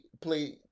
Play